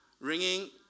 Ringing